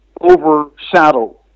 overshadow